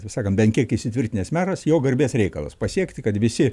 taip sakant bent kiek įsitvirtinęs meras jo garbės reikalas pasiekti kad visi